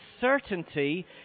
certainty